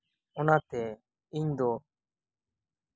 ᱚᱱᱟᱛᱮ ᱤᱧ ᱫᱚ